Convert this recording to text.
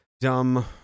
dumb